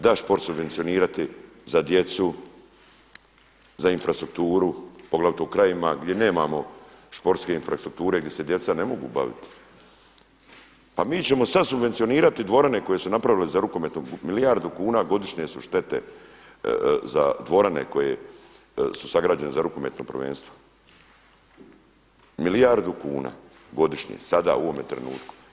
Da sport subvencionirati za djecu, za infrastrukturu poglavito u krajevima gdje nemamo sportske infrastrukture gdje se djeca ne mogu baviti, pa mi ćemo sada subvencionirati dvorane koje su napravljene za rukometno, milijardu kuna godišnje su štete za dvorane koje su sagrađene za rukometno prvenstvo, milijardu kuna godišnje sada u ovome trenutku.